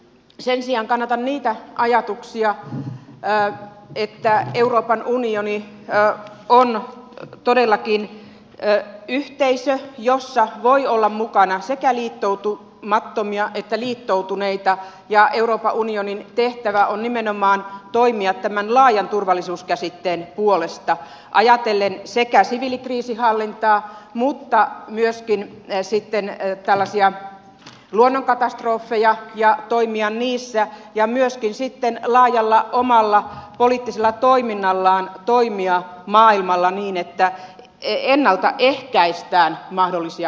sen sijaan kannatan niitä ajatuksia että euroopan unioni on todellakin yhteisö jossa voi olla mukana sekä liittoutumattomia että liittoutuneita ja euroopan unionin tehtävä on nimenomaan toimia tämän laajan turvallisuuskäsitteen puolesta ajatellen siviilikriisinhallintaa mutta myöskin sitten tällaisia luonnonkatastrofeja ja toimia niissä ja myöskin sitten laajalla omalla poliittisella toiminnallaan toimia maailmalla niin että ennalta ehkäistään mahdollisia katastrofeja